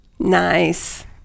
Nice